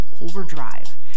overdrive